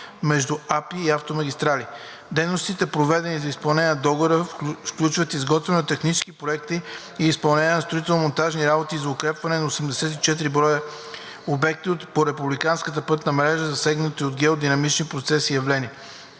между АПИ и „Автомагистрали“. Дейностите, предвидени за изпълнение по договора, включват изготвянето на технически проекти и изпълнението на строително-монтажни работи за укрепването на 84 броя обекти по републиканската пътна мрежа, засегнати от геодинамични процеси и явления.